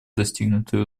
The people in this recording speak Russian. достигнутые